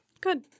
Good